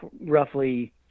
roughly